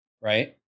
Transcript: right